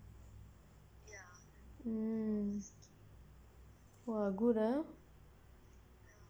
mm !wah! good ah